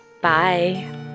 Bye